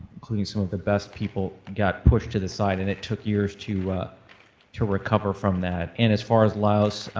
including some of the best people got pushed to the side and it took years to to recover from that. and as far as laos,